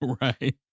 Right